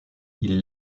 ils